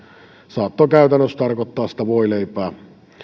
saattoi käytännössä tarkoittaa voileipää